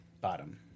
Bottom